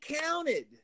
counted